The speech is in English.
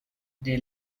they